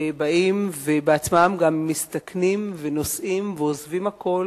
שבאים ובעצמם גם מסתכנים ונוסעים ועוזבים הכול